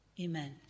Amen